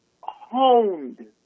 honed